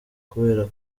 kubera